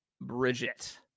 Bridget